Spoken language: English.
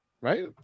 Right